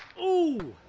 ooh!